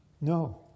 No